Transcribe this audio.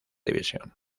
división